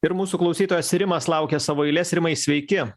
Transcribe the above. ir mūsų klausytojas rimas laukia savo eilės rimai sveiki